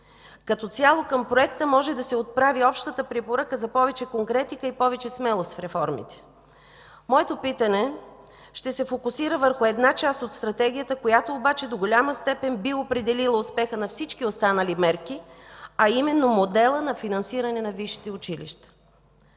Като цяло към проекта може да се отправи общата препоръка за повече конкретика и повече смелост в реформите. Моето питане ще се фокусира върху една част от Стратегията, която обаче до голяма степен би определила успеха на всички останали мерки, а именно моделът на финансиране на висшите училища.